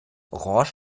orange